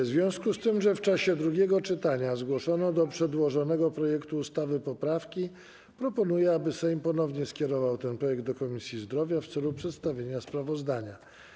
W związku z tym, że w czasie drugiego czytania zgłoszono do przedłożonego projektu ustawy poprawki, proponuję, aby Sejm ponownie skierował ten projekt do Komisji Zdrowia w celu przedstawienia sprawozdania.